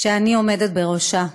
שאני עומדת בראשה.